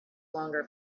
longer